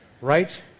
Right